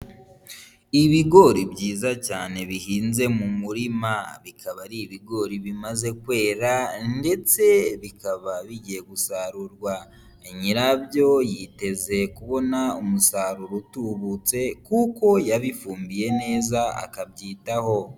Ibigori byiza cyane bihinze mu murima bikaba ari ibigori bimaze kwera ndetse bikaba bigiye gusarurwa, nyirabyo yiteze kubona umusaruro utubutse kuko yabifumbiye neza akabyitaho.